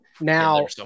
Now